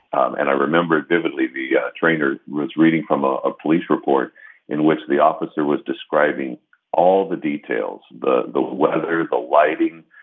and i remember vividly the yeah trainer was reading from a ah police report in which the officer was describing all the details the the weather, the lighting,